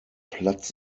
platz